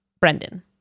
Brendan